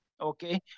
Okay